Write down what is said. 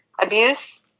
abuse